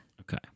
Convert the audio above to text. Okay